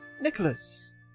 Nicholas